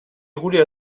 déroulée